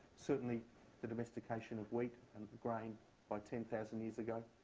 certainly the domestication of wheat and grain by ten thousand years ago.